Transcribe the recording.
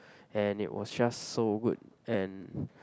and it was just so good and